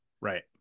Right